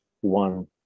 one